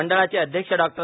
मंडळाचे अध्यक्ष डों